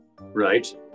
right